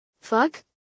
Fuck